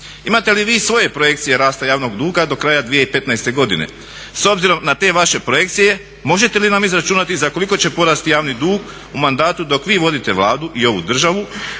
imate li vi svoje projekcije rasta javnog duga do kraja 2015. godine. S obzirom na te vaše projekcije, možete li nam izračunati za koliko će porasti javni dug u mandatu dok vi vodite Vladu i ovu državu